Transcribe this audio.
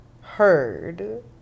heard